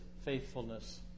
faithfulness